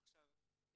עכשיו,